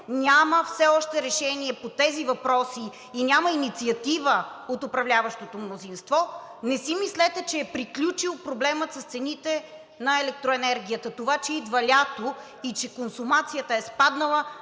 няма все още решение по тези въпроси и няма инициатива от управляващото мнозинство. Не си мислете, че е приключил проблемът с цените на електроенергията. Това, че идва лято и че консумацията е спаднала,